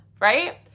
right